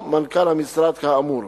או מנכ"ל המשרד כאמור.